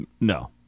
No